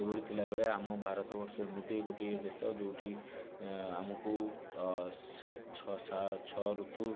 ଏହିଭଳି ଥିଲାବେଳେ ଆମ ଭାରତ ବର୍ଷ ଏମିତି ଗୋଟିଏ ଦେଶ ଯେଉଁଠି ଆମକୁ ଛଅ ଋତୁ